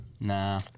Nah